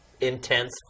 intense